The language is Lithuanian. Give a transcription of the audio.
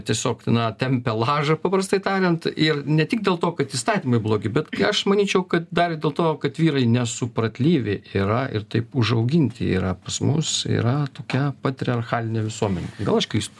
tiesiog na tempia lažą paprastai tariant ir ne tik dėl to kad įstatymai blogi bet aš manyčiau kad dar ir dėl to kad vyrai nesupratlyvi yra ir taip užauginti yra pas mus yra tokia patriarchalinė visuomenė gal aš klystu